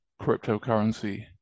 cryptocurrency